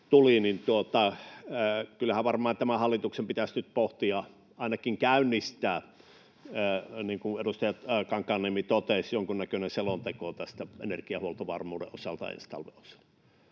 kyllähän varmaan tämän hallituksen pitäisi nyt pohtia ja ainakin käynnistää, niin kuin edustaja Kankaanniemi totesi, jonkunnäköinen selonteko energiahuoltovarmuuden osalta ensi talven